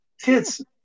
Kids